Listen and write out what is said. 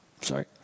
sorry